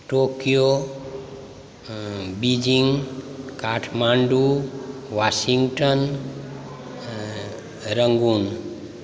Tokyo Beijing Kathmandu Washington Rangoon